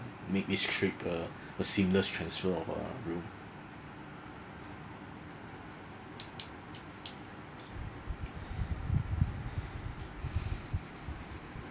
make this trip uh a seamless transfer of uh room